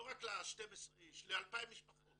לא רק ל-12 איש, ל-2,000 משפחות.